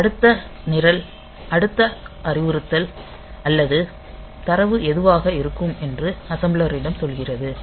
இது அடுத்த நிரல்ம் அடுத்த அறிவுறுத்தல் அல்லது தரவு எதுவாக இருக்கும் என்று அசெம்பிளரிடம் சொல்கிறது